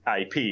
IP